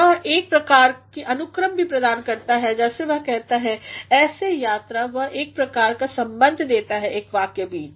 वह एक प्रकार की अनुक्रम भी प्रदान करता है जैसे वह कहता है ऐसे यात्रा वह एक प्रकार का संबंध देता है एक वाक्य के बीच